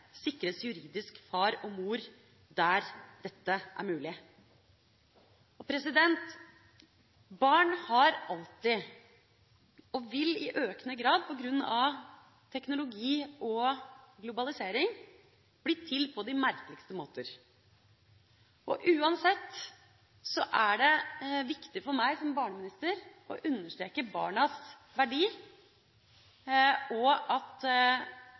juridisk far og mor, der dette er mulig. Barn har alltid blitt til – og vil i økende grad, på grunn av teknologi og globalisering, bli til – på de merkeligste måter. Uansett er det viktig for meg som barneminister å understreke barnas verdi, og at